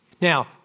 Now